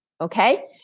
Okay